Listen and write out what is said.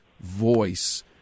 voice